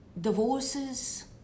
divorces